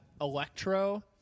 Electro